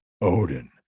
Odin